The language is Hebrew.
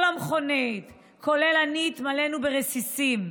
כל המכונית, כולל אני, התמלאנו ברסיסים.